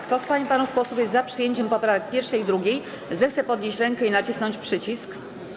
Kto z pań i panów posłów jest za przyjęciem poprawek 1. i 2., zechce podnieść rękę i nacisnąć przycisk.